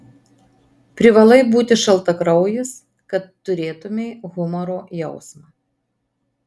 privalai būti šaltakraujis kad turėtumei humoro jausmą